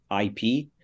IP